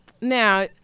Now